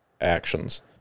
actions